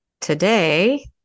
today